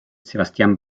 sebastian